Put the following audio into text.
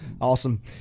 awesome